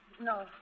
No